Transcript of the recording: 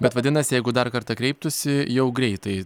bet vadinasi jeigu dar kartą kreiptųsi jau greitai